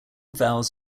vowels